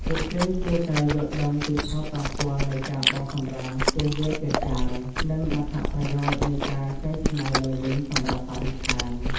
ពួកគេគួរតែយល់ដឹងពីផលប៉ះពាល់នៃការបោះសំរាមពាសវាលពាសកាល និងអត្ថប្រយោជន៍នៃការកែច្នៃឡើងវិញសម្រាប់បរិស្ថាន។